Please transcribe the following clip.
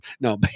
No